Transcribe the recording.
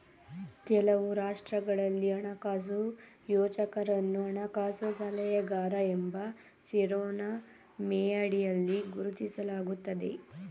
ಕೆಲವು ರಾಷ್ಟ್ರಗಳಲ್ಲಿ ಹಣಕಾಸು ಯೋಜಕರನ್ನು ಹಣಕಾಸು ಸಲಹೆಗಾರ ಎಂಬ ಶಿರೋನಾಮೆಯಡಿಯಲ್ಲಿ ಗುರುತಿಸಲಾಗುತ್ತದೆ